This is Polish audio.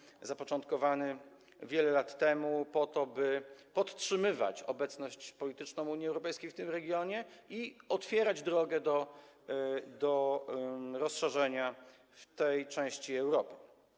Zostało to zapoczątkowane wiele lat temu, aby podtrzymywać obecność polityczną Unii Europejskiej w tym regionie i otwierać drogę do rozszerzenia w tej części Europy.